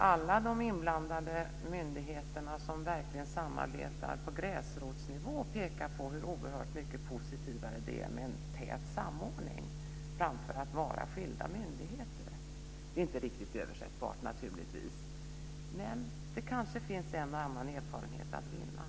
Alla de inblandade myndigheterna, som verkligen samarbetar på gräsrotsnivå, pekar på hur oerhört mycket positivare det är med en tät samordning framför att vara skilda myndigheter. Detta är naturligtvis inte riktigt översättbart, men det finns kanske en och annan erfarenhet att vinna.